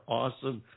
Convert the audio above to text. awesome